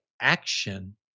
action